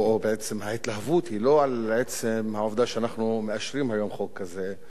או בעצם ההתלהבות היא לא על עצם העובדה שאנחנו מאשרים היום חוק כזה,